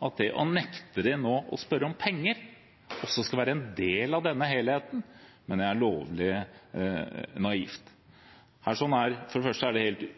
at det å nekte dem å spørre om penger også skal være en del av denne helheten, mener jeg er lovlig naivt. For det første er det helt